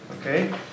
Okay